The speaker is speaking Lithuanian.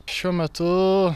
šiuo metu